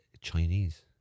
Chinese